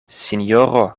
sinjoro